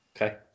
Okay